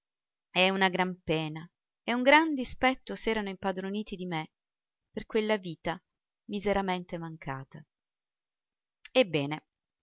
e una gran pena e un gran dispetto s'erano impadroniti di me per quella vita miseramente mancata ebbene